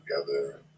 together